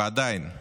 ועדיין,